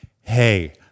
hey